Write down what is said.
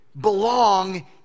belong